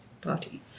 Party